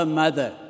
mother